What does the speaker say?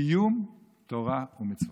קיום תורה ומצוות.